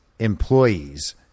employees